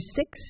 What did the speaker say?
six